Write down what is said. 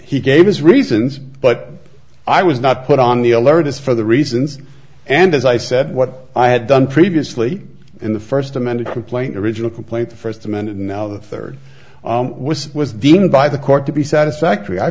he gave his reasons but i was not put on the alert as for the reasons and as i said what i had done previously in the first amended complaint original complaint the first amended now the third was was deemed by the court to be satisfactory i